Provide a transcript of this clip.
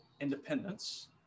independence